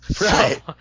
Right